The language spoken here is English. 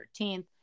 13th